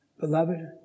Beloved